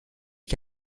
qui